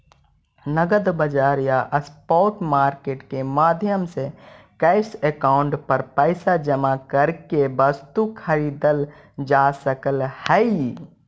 नगद बाजार या स्पॉट मार्केट के माध्यम से कैश काउंटर पर पैसा जमा करके वस्तु खरीदल जा सकऽ हइ